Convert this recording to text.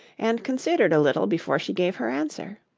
and considered a little before she gave her answer.